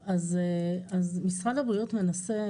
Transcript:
משרד הבריאות מנסה,